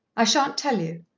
i shan't tell you.